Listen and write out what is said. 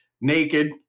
naked